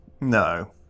No